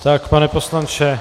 Tak, pane poslanče.